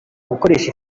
gukoresha